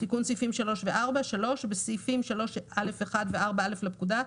תיקון סעיפים 3 ו־4 3. בסעיפים 3(א1) ו־4(א) לפקודה,